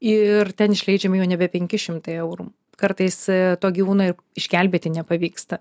ir ten išleidžiami jau nebe penki šimtai eurų kartais to gyvūno ir išgelbėti nepavyksta